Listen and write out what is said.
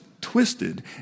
twisted